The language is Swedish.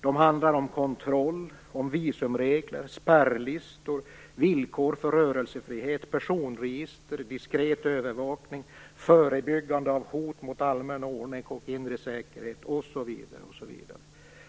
De handlar om kontroll, visumregler, spärrlistor, villkor för rörelsefrihet, personregister, diskret övervakning, förebyggande av hot mot allmän ordning och inre säkerhet, osv.